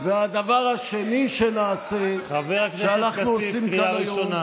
והדבר השני שנעשה, שאנחנו עושים כבר היום